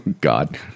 God